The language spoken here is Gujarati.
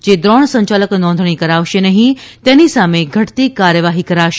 જે દ્રોણ સંચાલક નોંધણી કરાવશે નહી તેની સામે ઘટતી કાર્યવાહી કરાશે